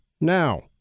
now